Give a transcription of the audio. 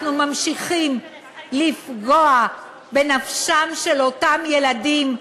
אנחנו ממשיכים לפגוע בנפשם של אותם ילדים,